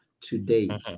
today